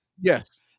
Yes